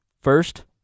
First